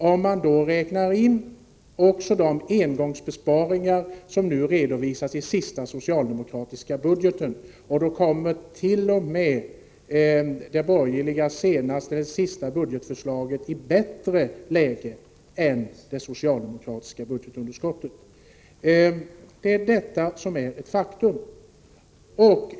Om man räknar in också de engångsbesparingar som nu redovisas i den senaste socialdemokratiska budgeten, kommer t.o.m. det senaste borgerliga budgetförslaget i bättre läge när det gäller budgetunderskottet än det socialdemokratiska förslaget. Detta är ett faktum.